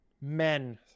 men